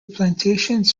plantations